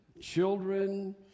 children